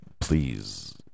please